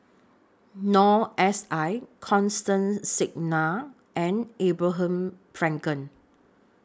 Noor S I Constance Singam and Abraham Frankel